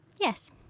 Yes